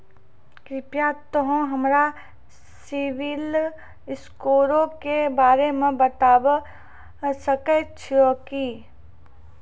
कृपया तोंय हमरा सिविल स्कोरो के बारे मे बताबै सकै छहो कि?